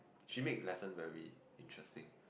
she made lesson very interesting